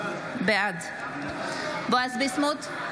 בעד בועז ביסמוט,